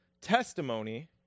testimony